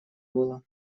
было